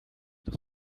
nog